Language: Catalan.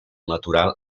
natural